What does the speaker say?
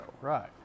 Right